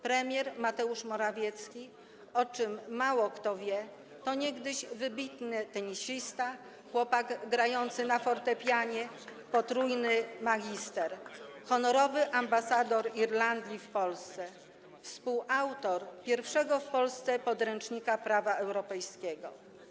Premier Mateusz Morawiecki - o czym mało kto wie - to niegdyś wybitny tenisista, chłopak grający na fortepianie, potrójny magister, honorowy ambasador Irlandii w Polsce, współautor pierwszego w Polsce podręcznika prawa europejskiego.